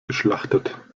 geschlachtet